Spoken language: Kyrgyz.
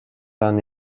аны